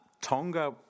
Tonga